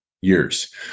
years